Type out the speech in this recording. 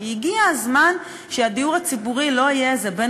כי הגיע הזמן שהדיור הציבורי לא יהיה איזה בן